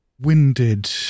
winded